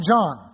John